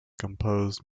composed